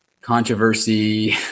controversy